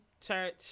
church